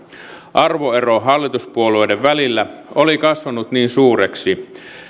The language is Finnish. arvoero hallituspuolueiden välillä oli kasvanut niin suureksi